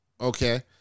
okay